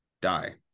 die